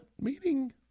meeting